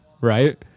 Right